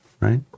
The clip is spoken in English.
Right